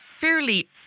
Fairly